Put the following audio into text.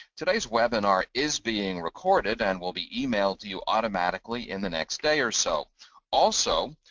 today's webinar is being recorded and will be emailed to you automatically in the next day or so also,